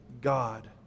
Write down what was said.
God